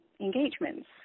engagements